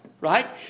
right